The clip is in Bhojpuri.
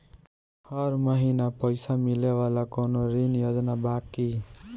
हर महीना पइसा मिले वाला कवनो ऋण योजना बा की?